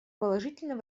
положительно